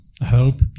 help